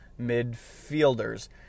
midfielders